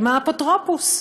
עם האפוטרופוס.